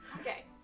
Okay